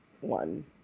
one